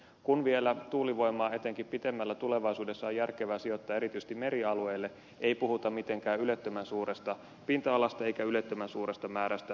kun vielä tuulivoimaa etenkin pitemmällä tulevaisuudessa on järkevää sijoittaa erityisesti merialueille ei puhuta mitenkään ylettömän suuresta pinta alasta eikä ylettömän suuresta määrästä tuulivoimaloita